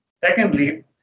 Secondly